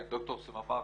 ד"ר סממה.